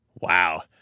Wow